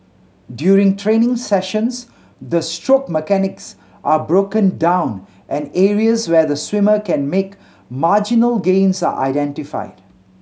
during training sessions the stroke mechanics are broken down and areas where the swimmer can make marginal gains are identified